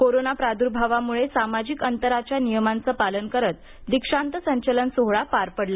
corona प्राद्भावामुळे सामाजिक अंतराच्या नियमांच पालन करत दीक्षांत संचलन सोहळा पार पडला